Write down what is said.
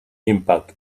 impact